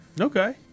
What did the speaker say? Okay